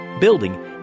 building